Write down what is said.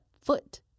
foot